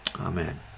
Amen